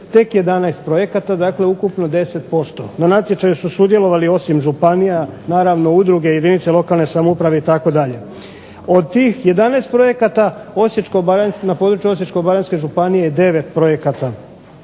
tek 11 projekata. Dakle, ukupno 10%.Na natječaju su sudjelovali osim županija naravno udruge, jedinice lokalne samouprave itd. Od tih 11 projekata na području Osječko-baranjske županije je 9 projekata.